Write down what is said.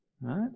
right